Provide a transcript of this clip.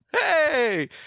hey